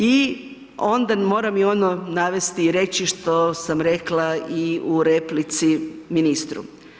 I onda moram i ono navesti i reći što sam rekla i u replici ministru.